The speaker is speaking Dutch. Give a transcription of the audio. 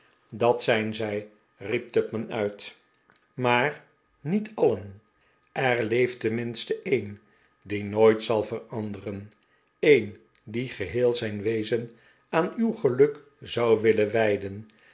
dat zijn zij riep tupman uit maar niet alien er leeft tenminste een die nooit zal veranderen een die geheel zijn wezen aan uw geluk zou willen wijden